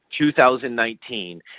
2019